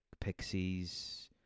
Pixies